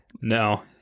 No